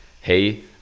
hey